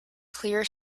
clear